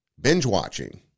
binge-watching